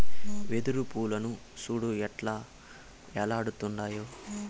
వెదురు పూలను సూడు ఎట్టా ఏలాడుతుండాయో